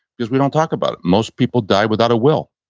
because we don't talk about it. most people die without a will